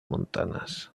montanas